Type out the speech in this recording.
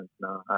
no